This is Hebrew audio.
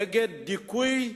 נגד דיכוי,